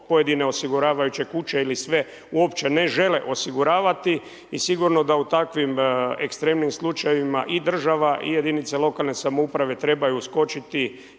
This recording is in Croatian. pojedine osiguravajuće kuće ili sve uopće ne žele osiguravati. I sigurno da u takvim ekstremnim slučajevima i država i jedinice lokalne samouprave trebaju uskočiti.